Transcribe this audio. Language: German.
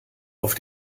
auf